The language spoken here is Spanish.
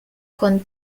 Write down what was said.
con